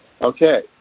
okay